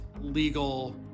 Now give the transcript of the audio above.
legal